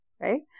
right